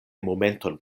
momenton